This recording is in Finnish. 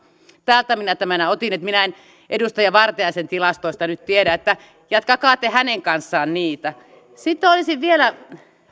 täältä minä tämän otin niin että minä en edustaja vartiaisen tilastoista nyt tiedä jatkakaa te hänen kanssaan niistä sitten olisin vielä